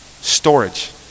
storage